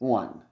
one